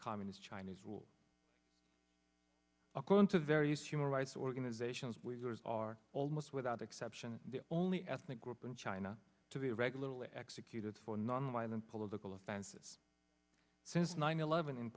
communist chinese rule according to various human rights organizations are almost without exception the only ethnic group in china to be regularly executed for nonviolent political offenses since nine eleven in